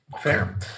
Fair